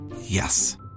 Yes